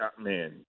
man